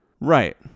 Right